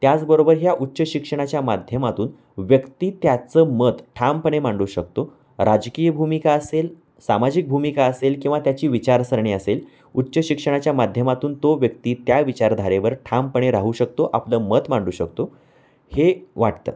त्याचबरोबर ह्या उच्च शिक्षणाच्या माध्यमातून व्यक्ती त्याचं मत ठामपणे मांडू शकतो राजकीय भूमिका असेल सामाजिक भूमिका असेल किंवा त्याची विचारसरणी असेल उच्च शिक्षणाच्या माध्यमातून तो व्यक्ती त्या विचारधारेवर ठामपणे राहू शकतो आपलं मत मांडू शकतो हे वाटतं